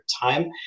time